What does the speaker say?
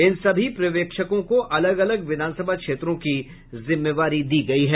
इन सभी पर्यवेक्षकों को अलग अलग विधानसभा क्षेत्रों की जिम्मेवारी दी गयी है